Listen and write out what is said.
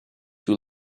who